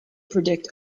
predict